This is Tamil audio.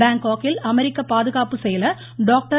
பேங்காக்கில் அமெரிக்க பாதுகாப்பு செயலர் டாக்டர்